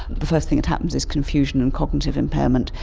the first thing that happens is confusion and cognitive impairment,